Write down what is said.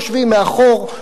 יושבים מאחור,